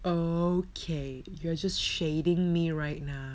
okay you're just shading me right now